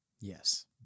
yes